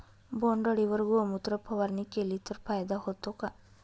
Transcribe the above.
बोंडअळीवर गोमूत्र फवारणी केली तर फायदा होतो का?